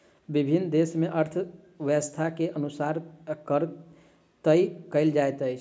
विभिन्न देस मे अर्थव्यवस्था के अनुसार कर तय कयल जाइत अछि